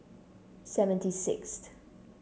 seventy sixth